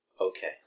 Okay